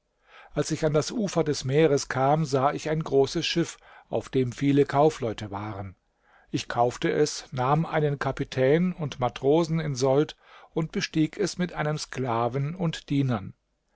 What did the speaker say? als ich an das ufer des meeres kam sah ich ein großes schiff auf dem viele kaufleute waren ich kaufte es nahm einen kapitän und matrosen in sold und bestieg es mit einem sklaven und dienern